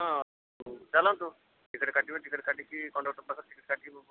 ହଁ ଚାଲନ୍ତୁ ଟିକେଟ୍ କାଟିବେ ଟିକେଟ୍ କାଟିକି କଣ୍ଡକ୍ଟର୍ ପାଖରେ ଟିକେଟ୍ କାଟିକି ବସିବେ